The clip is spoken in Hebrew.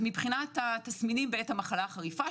מבחינת התסמינים בעת המחלה החריפה,